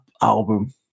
album